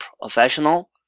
Professional